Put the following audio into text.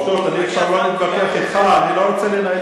בעובדות אני לא מתווכח אתך עכשיו.